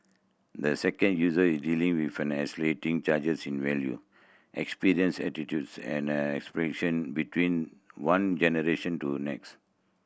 the second user is dealing with an accelerating changes in value experience attitudes and aspiration between one generation to next